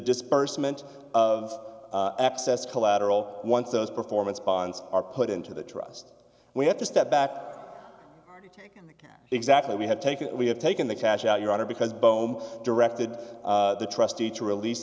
disbursement of access collateral once those performance bonds are put into the trust we have to step back exactly we have taken we have taken the cash out your honor because boehm directed the trustee to release